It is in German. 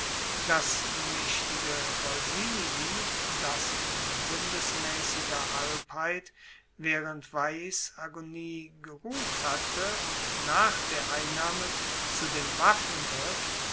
das maechtige volsinii das in bundesmaessiger halbheit waehrend veiis agonie geruht hatte und nach der einnahme zu den waffen griff